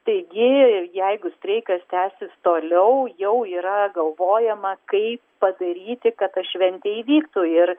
taigi jeigu streikas tęsis toliau jau yra galvojama kaip padaryti kad ta šventė įvyktų ir